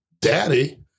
Daddy